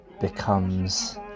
becomes